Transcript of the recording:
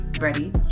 ready